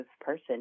person